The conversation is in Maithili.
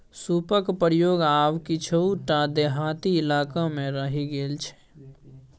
सूपक प्रयोग आब किछुए टा देहाती इलाकामे रहि गेल छै